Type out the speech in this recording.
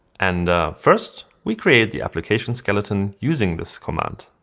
and first, we create the application skeleton using this command.